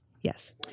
Yes